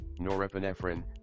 Norepinephrine